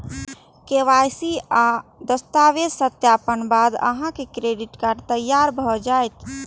KYC आ आन दस्तावेजक सत्यापनक बाद अहांक क्रेडिट कार्ड तैयार भए जायत